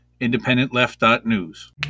IndependentLeft.News